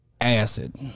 Acid